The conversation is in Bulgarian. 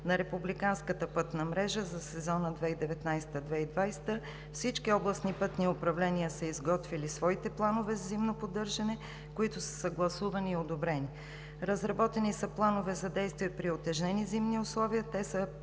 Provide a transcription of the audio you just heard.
на републиканската пътна мрежа за сезона 2019 – 2020. Всички областни пътни управления са изготвили своите планове за зимно поддържане, които са съгласувани и одобрени. Разработени са планове за действия при утежнени зимни условия.